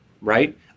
right